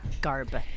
garb